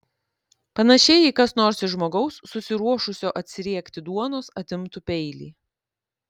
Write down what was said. panašiai jei kas nors iš žmogaus susiruošusio atsiriekti duonos atimtų peilį